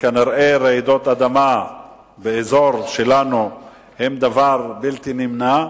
שרעידות האדמה באזור שלנו הן דבר בלתי נמנע,